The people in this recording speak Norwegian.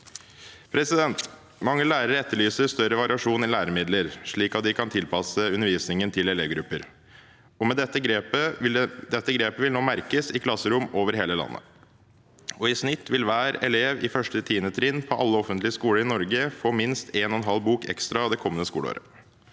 Mange lærere etterlyser større variasjon i læremidler, slik at de kan tilpasse undervisningen til elevgrupper, og dette grepet vil nå merkes i klasserom over hele landet. I snitt vil hver elev i 1.–10. trinn på alle offentlige skoler i Norge få minst en og en halv bok ekstra det kommende skoleåret.